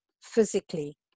physically